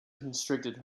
constricted